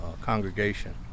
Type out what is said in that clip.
congregation